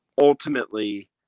ultimately